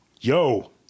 Yo